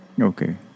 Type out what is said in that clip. Okay